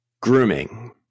Grooming